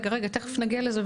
תכף נגיע לזה,